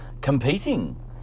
competing